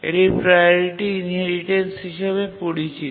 এটি priority inheritance হিসাবে পরিচিত